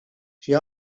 she